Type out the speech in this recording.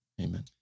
Amen